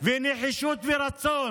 ונחישות מרצון